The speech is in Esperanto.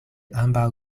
ambaŭ